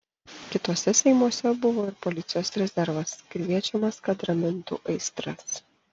kituose seimuose buvo ir policijos rezervas kviečiamas kad ramintų aistras